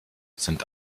sind